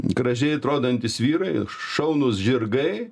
gražiai atrodantys vyrai šaunūs žirgai